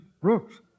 Brooks